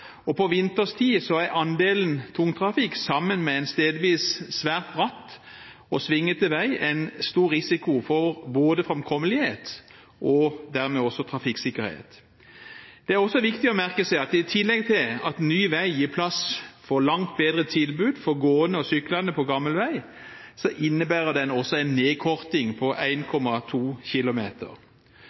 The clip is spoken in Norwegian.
og på vinterstid er andelen tungtrafikk, sammen med en stedvis svært bratt og svingete vei, en stor risiko for framkommelighet og dermed også for trafikksikkerhet. Det er også viktig å merke seg at i tillegg til at ny vei gir plass for langt bedre tilbud for gående og syklende på gammel vei, innebærer det også en nedkorting på 1,2 km. Så selv om den samfunnsøkonomiske nettonytten er negativ, er dette en